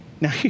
Now